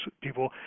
people